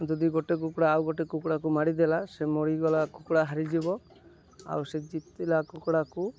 ଯଦି ଗୋଟେ କୁକୁଡ଼ା ଆଉ ଗୋଟେ କୁକୁଡ଼ାକୁ ମାରିଦେଲା ସେ ମରିଗଲା କୁକୁଡ଼ା ହାରିଯିବ ଆଉ ସେ ଜିତିଲା କୁକୁଡ଼ାକୁ